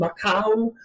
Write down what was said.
Macau